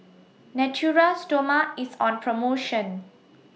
Natura Stoma IS on promotion